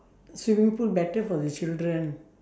swimming pool better for the children